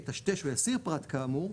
יטשטש או יסיר פרט כאמור,